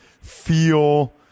feel